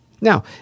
Now